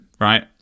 right